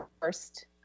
first